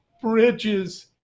bridges